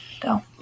Go